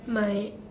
my